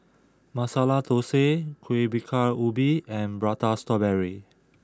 Masala Thosai Kueh Bingka Ubi and Prata Strawberry